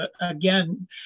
again